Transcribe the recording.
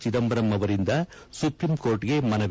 ಚಿದಂಬರಂ ಅವರಿಂದ ಸುಪ್ರೀಂಕೋರ್ಟ್ಗೆ ಮನವಿ